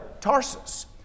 Tarsus